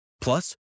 Plus